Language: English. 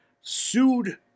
sued